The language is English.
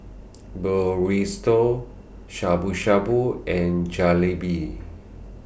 Burrito Shabu Shabu and Jalebi